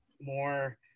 more